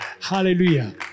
Hallelujah